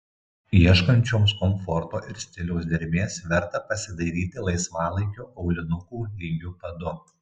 ieškančioms komforto ir stiliaus dermės verta pasidairyti laisvalaikio aulinukų lygiu padu